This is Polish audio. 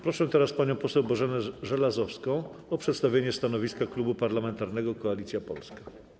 Proszę teraz panią poseł Bożenę Żelazowską o przedstawienie stanowiska Klubu Parlamentarnego Koalicja Polska.